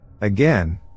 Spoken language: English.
Again